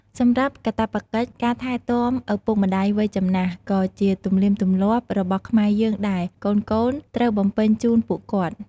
សម្រាប់កាតព្វកិច្ចការថែទាំឪពុកម្ដាយវ័យចំណាស់ក៏ជាទំនៀមទម្លាប់របស់ខ្មែរយើងដែលកូនៗត្រូវបំពេញជូនពួកគាត់។